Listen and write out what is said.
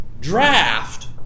draft